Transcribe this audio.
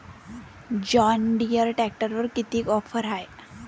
John Deere ट्रॅक्टरवर कितीची offer हाये?